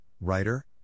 writer